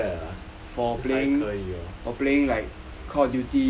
not bad ah 还可以哦